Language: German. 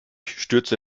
stürzte